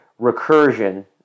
Recursion